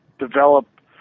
develop